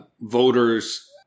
voters